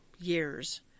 Years